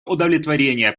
удовлетворение